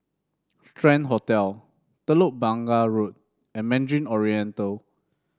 Strand Hotel Telok Blangah Road and Mandarin Oriental